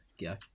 Go